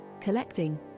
collecting